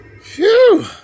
Phew